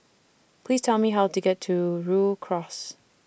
Please Tell Me How to get to Rhu Cross